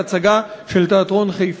בהצגה של תיאטרון חיפה,